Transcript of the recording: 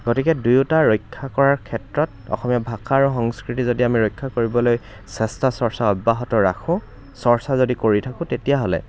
গতিকে দুয়োটা ৰক্ষা কৰাৰ ক্ষেত্ৰত অসমীয়া ভাষা আৰু সংস্কৃতি যদি আমি ৰক্ষা কৰিবলৈ চেষ্টা চৰ্চা অব্যাহত ৰাখোঁ চৰ্চা যদি কৰি থাকোঁ তেতিয়াহ'লে